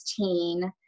16